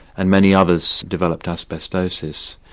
and many others developed asbestosis.